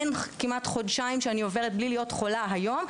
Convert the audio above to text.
אין כמעט חודשיים שאני עוברת מבלי להיום חולה היום,